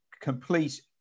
complete